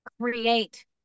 create